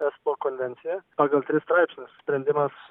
espo konvenciją pagal tris straipsnius sprendimas